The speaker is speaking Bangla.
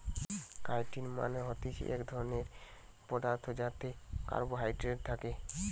কাইটিন মানে হতিছে এক ধরণের পদার্থ যাতে কার্বোহাইড্রেট থাকে